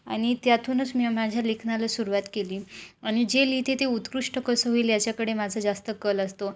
आणि त्यातूनच मी माझ्या लेखनाला सुरुवात केली आणि जे लिहिते ते उत्कृष्ट कसं होईल याच्याकडे माझं जास्त कल असतो